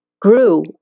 grew